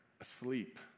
asleep